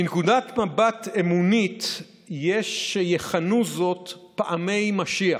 מנקודת מבט אמונית יש שיכנו זאת "פעמי משיח",